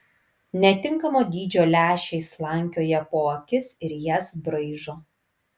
netinkamo dydžio lęšiai slankioja po akis ir jas braižo